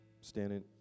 Standing